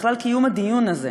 בכלל קיום הדיון הזה,